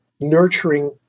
nurturing